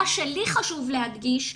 מה שלי חשוב להדגיש,